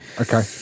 Okay